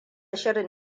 shirin